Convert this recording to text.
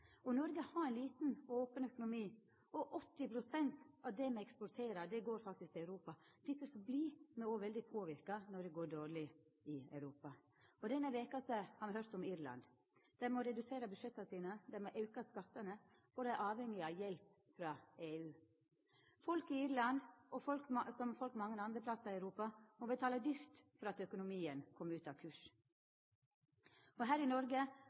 skjør. Noreg har ein liten og open økonomi. 80 pst. av det me eksporterer, går faktisk til Europa. Difor vert me òg veldig påverka når det går dårleg i Europa. Denne veka har me høyrt om Irland. Dei må redusera budsjetta sine, dei må auka skattane, og dei er avhengige av hjelp frå EU. Folk i Irland, som folk mange andre plassar i Europa, må betala dyrt for at økonomien kom ut av kurs. Her i Noreg